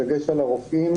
בדגש על הרופאים,